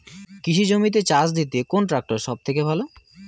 কৃষি জমিতে চাষ দিতে কোন ট্রাক্টর সবথেকে ভালো?